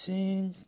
Sing